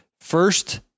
first